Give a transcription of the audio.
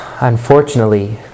unfortunately